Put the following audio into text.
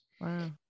Wow